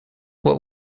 what